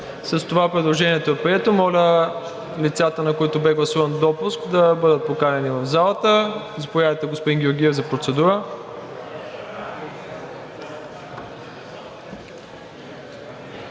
е прието. Моля, лицата, на които бе гласуван допуск, да бъдат поканени в залата. Заповядайте, господин Георгиев, за процедура.